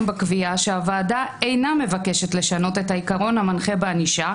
בקביעה שהוועדה אינה מבקשת לשנות את העיקרון המנחה בענישה,